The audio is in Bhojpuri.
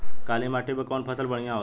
काली माटी पर कउन फसल बढ़िया होला?